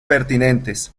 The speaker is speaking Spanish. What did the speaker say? pertinentes